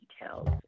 details